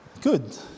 Good